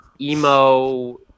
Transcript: emo